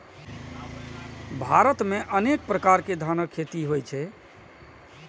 भारत मे अनेक प्रकार के धानक खेती होइ छै